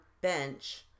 bench